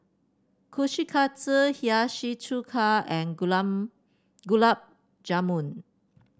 Kushikatsu Hiyashi Chuka and Gulab Gulab Jamun